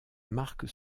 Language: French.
marques